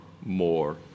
more